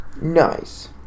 Nice